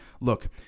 Look